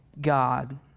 God